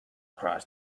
crossed